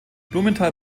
blumenthal